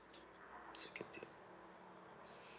second tier